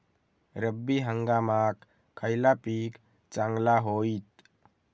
रब्बी हंगामाक खयला पीक चांगला होईत?